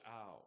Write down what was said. out